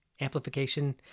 amplification